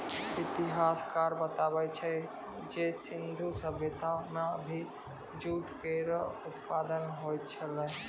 इतिहासकार बताबै छै जे सिंधु सभ्यता म भी जूट केरो उत्पादन होय छलै